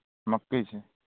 मक्के की